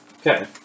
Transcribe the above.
Okay